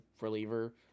reliever